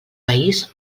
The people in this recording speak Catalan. país